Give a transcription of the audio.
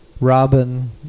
Robin